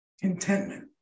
contentment